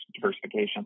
diversification